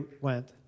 went